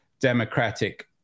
Democratic